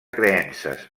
creences